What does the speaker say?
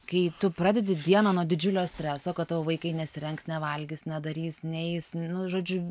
kai tu pradedi dieną nuo didžiulio streso kad tavo vaikai nesirengs nevalgys nedarys neis nu žodžiu